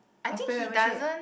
must pay membership